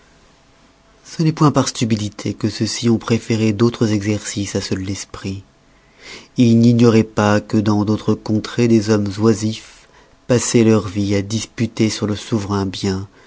ce n'est point par stupidité que ceux-ci ont préféré d'autres exercices à ceux de l'esprit ils n'ignoroient pas que dans d'autres contrées des hommes oisifs passoient leur vie à disputer sur le souverain bien